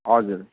हजुर